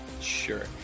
Sure